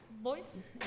Boys